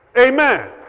Amen